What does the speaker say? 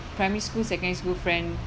primary school secondary school friend